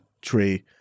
tree